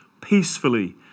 peacefully